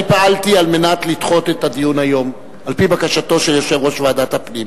פעלתי על מנת לדחות את הדיון היום על-פי בקשתו של יושב-ראש ועדת הפנים.